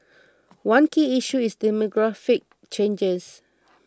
one key issue is demographic changes